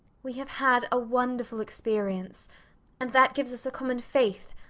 we have had a wonderful experience and that gives us a common faith,